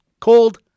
Cold